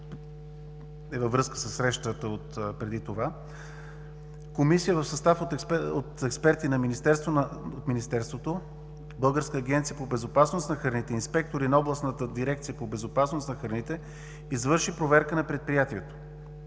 Комисия в състав от експерти на Министерството, Българската агенция по безопасност на храните (БАБХ), инспектори на Областната дирекция по безопасност на храните извърши проверка на предприятието.